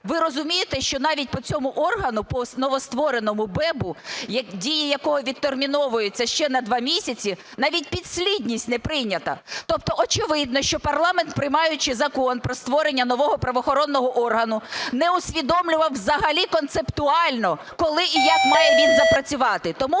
Ви розумієте, що навіть по цьому органу, по новоствореному БЕБу, дії якого відтерміновуються ще на два місяці, навіть підслідність не прийнята. Тобто очевидно, що парламент, приймаючи закон про створення нового правоохоронного органу, не усвідомлював взагалі концептуально, коли і як має він запрацювати. Тому